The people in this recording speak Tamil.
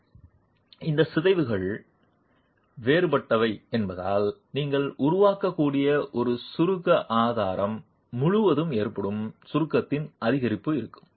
இந்த சிதைவுகள் இந்த சிதைவுகள் வேறுபட்டவை என்பதால் நீங்கள் உருவாக்கக்கூடிய ஒரு சுருக்க ஆதாரம் முழுவதும் ஏற்படும் சுருக்கத்தின் அதிகரிப்பு இருக்கும்